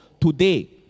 Today